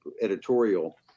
editorial